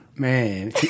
Man